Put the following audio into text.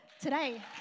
Today